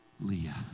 Leah